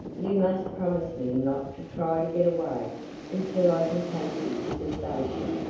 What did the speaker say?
you must promise me not to try to get away until i can take you to the station.